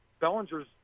Bellinger's